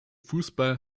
fußball